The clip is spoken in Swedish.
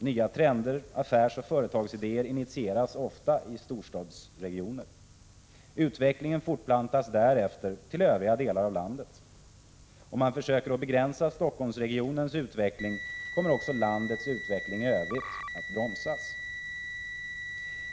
Nya trender, affärsoch företagsidéer initieras ofta i storstadsregioner. Utvecklingen fortplantas därefter till övriga delar av landet. Om man försöker att begränsa Stockholmsregionens utveckling kommer även landets utveckling i övrigt att bromsas.